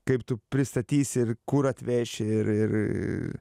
kaip tu pristatysi ir kur atveši ir ir